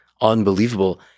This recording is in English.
unbelievable